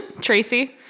Tracy